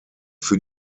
für